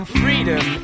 freedom